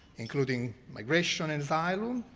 including migration and asylum,